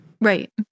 Right